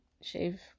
shave